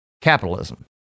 capitalism